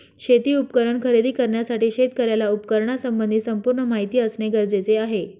शेती उपकरण खरेदी करण्यासाठी शेतकऱ्याला उपकरणासंबंधी संपूर्ण माहिती असणे गरजेचे आहे